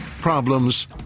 problems